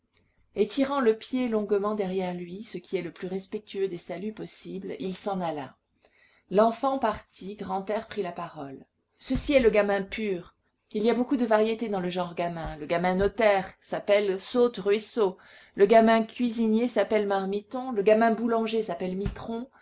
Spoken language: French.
et tirant le pied longuement derrière lui ce qui est le plus respectueux des saluts possibles il s'en alla l'enfant parti grantaire prit la parole ceci est le gamin pur il y a beaucoup de variétés dans le genre gamin le gamin notaire s'appelle saute-ruisseau le gamin cuisinier s'appelle marmiton le gamin boulanger s'appelle mitron